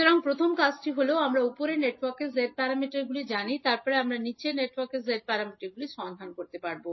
সুতরাং প্রথম কাজটি হল আমরা উপরের নেটওয়ার্কের z প্যারামিটারগুলি জানি তারপরে আমাদের নীচের নেটওয়ার্কের z প্যারামিটারগুলি সন্ধান করতে হবে